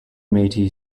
matey